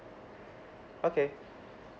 okay